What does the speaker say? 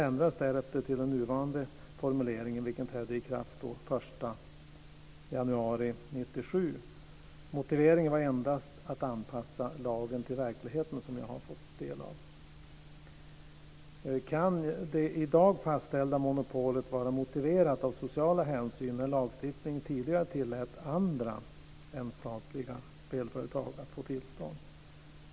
Motiveringen var endast att lagen skulle anpassas till verkligheten, enligt vad jag har hört. Kan det i dag fastställda monopolet vara motiverat av sociala hänsyn när lagstiftningen tidigare tillät andra spelföretag än statliga att få tillstånd?